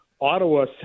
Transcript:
Ottawa